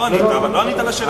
לא ענית, אבל לא ענית על השאלה.